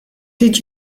did